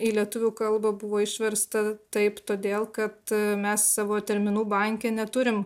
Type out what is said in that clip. į lietuvių kalbą buvo išversta taip todėl kad mes savo terminų banke neturim